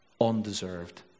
undeserved